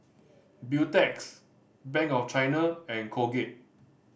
Beautex Bank of China and Colgate